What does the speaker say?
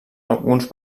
alguns